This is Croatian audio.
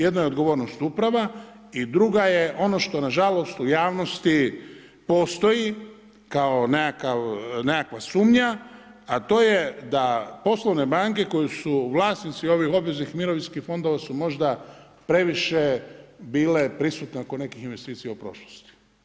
Jedno je odgovornost uprave i druga je ono što nažalost u javnosti postoji kao nekakva sumnja, a to je da poslovne banke koje su vlasnici ovih obveznih mirovinskih fondova su možda previše bile prisutne oko nekih investicija u prošlosti.